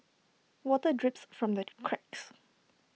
water drips from the cracks